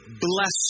bless